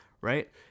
Right